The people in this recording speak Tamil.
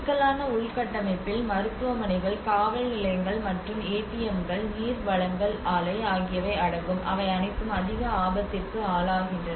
சிக்கலான உள்கட்டமைப்பில் மருத்துவமனைகள் காவல் நிலையங்கள் மற்றும் ஏடிஎம்கள் நீர் வழங்கல் ஆலை ஆகியவை அடங்கும் அவை அனைத்தும் அதிக ஆபத்திற்கு ஆளாகின்றன